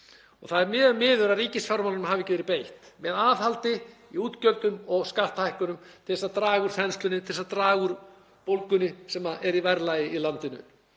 og það er mjög miður að ríkisfjármálunum hafi ekki verið beitt með aðhaldi í útgjöldum og skattahækkunum til að draga úr þenslunni, til þess að draga úr bólgunni sem er í verðlagi í landinu.